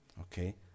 Okay